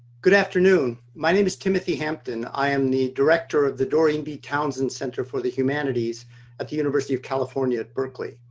good afternoon. my name is timothy hampton. i am the director of the doreen b. townsend center for the humanities at the university of california at berkeley.